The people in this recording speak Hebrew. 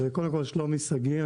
שלומי שגיא,